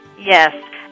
yes